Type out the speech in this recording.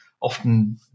often